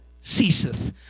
ceaseth